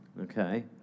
Okay